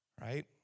Right